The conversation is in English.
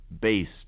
based